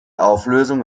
auflösung